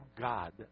God